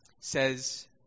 says